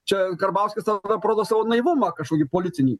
čia karbauskis tada parodo savo naivumą kažkokį politinį